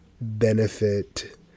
benefit